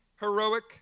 heroic